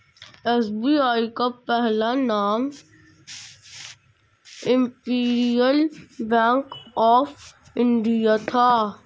SBI का पहला नाम इम्पीरीअल बैंक ऑफ इंडिया था